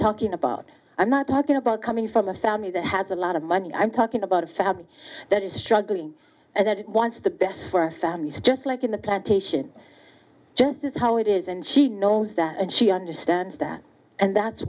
talking about i'm not talking about coming from a family that has a lot of money i'm talking about a family that is struggling and that wants the best for our families just like in the plantation just is how it is and she knows that and she understands that and that's